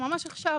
ממש עכשיו,